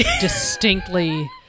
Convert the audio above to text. distinctly